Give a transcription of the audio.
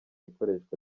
ikoreshwa